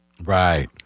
Right